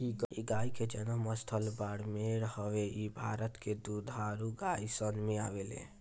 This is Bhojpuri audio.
इ गाई के जनम स्थल बाड़मेर हवे इ भारत के दुधारू गाई सन में आवेले